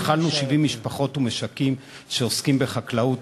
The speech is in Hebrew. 70 משפחות ומשקים שעוסקים בחקלאות,